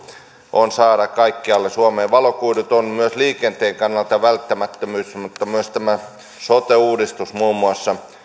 on saada kaikkialle suomeen valokuidut on myös liikenteen kannalta välttämättömyys mutta myös tämä sote uudistus muun muassa